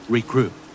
Recruit